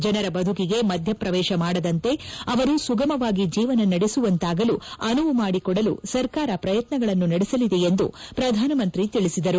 ಜನರ ಬದುಕಿಗೆ ಮಧ್ಯಪ್ರವೇಶ ಮಾಡದಂತೆ ಅವರು ಸುಗಮವಾಗಿ ಜೀವನ ನಡೆಸುವಂತಾಗಲು ಅನುವು ಮಾಡಿಕೊದಲು ಸರ್ಕಾರ ಪ್ರಯತ್ನಗಳನ್ನು ನಡೆಸಲಿದೆ ಎಂದು ಪ್ರಧಾನಮಂತ್ರಿ ತಿಳಿಸಿದರು